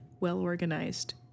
well-organized